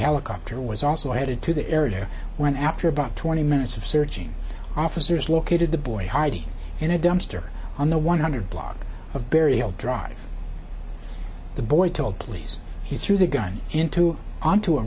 helicopter was also headed to the area when after about twenty minutes of searching officers located the boy hiding in a dumpster on the one hundred block of burial drive the boy told police he threw the gun into onto a